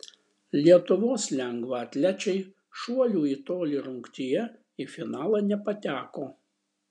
lietuvos lengvaatlečiai šuolių į tolį rungtyje į finalą nepateko